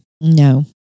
No